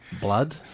Blood